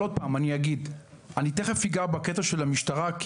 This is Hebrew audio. אני תכף אגע בקטע של המשטרה,